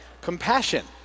compassion